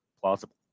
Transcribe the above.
plausible